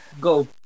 go